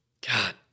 God